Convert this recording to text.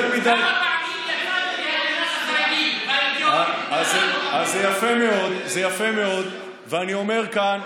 יותר מדי כמה פעמים, אז יפה מאוד, ואני אומר כאן: